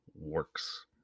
works